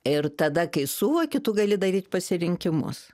ir tada kai suvoki tu gali daryt pasirinkimus